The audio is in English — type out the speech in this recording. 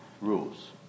rules